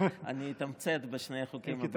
ואני אתמצת בשני החוקים הבאים.